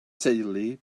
teulu